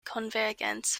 konvergenz